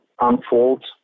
unfold